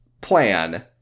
plan